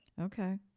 Okay